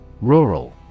Rural